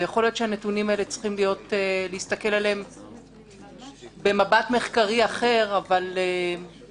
ויכול להיות שצריך להסתכל על הנתונים האלה במבט מחקרי אחר -- התייחסנו